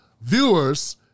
viewers